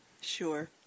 Sure